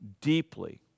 deeply